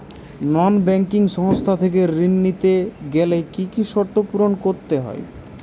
নন banking সংস্থা থেকে ঋণ নিতে গেলে কি কি শর্ত পূরণ করতে হয়?